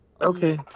Okay